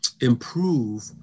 improve